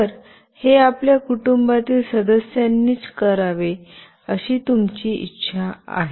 तर हे आपल्या कुटुंबातील सदस्यांनीच करावे अशी तुमची इच्छा आहे